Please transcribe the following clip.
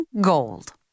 Gold